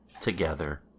together